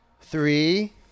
Three